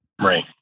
Right